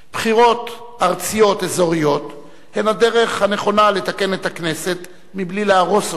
בחירות ארציות אזוריות הן הדרך הנכונה לתקן את הכנסת בלי להרוס אותה,